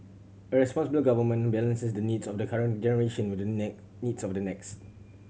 a responsible government balances the needs of the current generation with the needs of the next